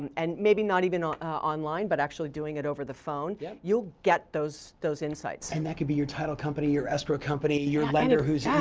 and maybe not even online, but actually doing it over the phone. yep. you'll get those those insights. and that can be your title company, your escrow company, your lender yeah,